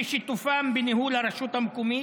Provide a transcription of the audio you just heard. ושיתופו בניהול הרשות המקומית,